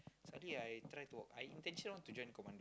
suddenly I try to I intention want to join the commando